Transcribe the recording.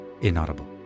inaudible